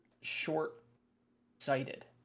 short-sighted